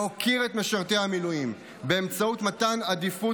להוקיר את משרתי המילואים באמצעות מתן עדיפות